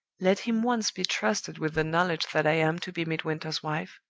let him once be trusted with the knowledge that i am to be midwinter's wife,